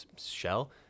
shell